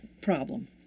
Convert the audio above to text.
problem